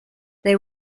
they